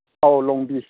ꯑꯧ ꯂꯣꯡꯕꯤ